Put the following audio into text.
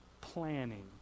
planning